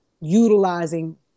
utilizing